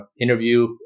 interview